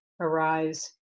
arise